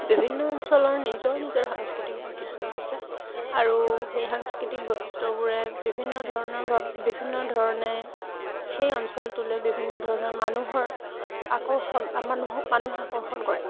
বিভিন্ন অঞ্চলৰ নিজৰ নিজৰ সাংস্কৃতিক বৈশিষ্ট্য আছে আৰু সেই সাংস্কৃতিক বৈশিষ্ট্যবোৰে বিভিন্ন ধৰণৰ বা বিভিন্ন ধৰণে সেই অঞ্চলটোলৈ বিভিন্ন ধৰণৰ মানুহৰ আকৰ্ষণ মানুহক মানুহ আকৰ্ষণ কৰে